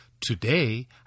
Today